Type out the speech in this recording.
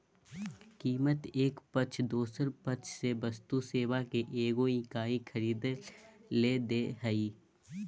कीमत एक पक्ष दोसर पक्ष से वस्तु सेवा के एगो इकाई खरीदय ले दे हइ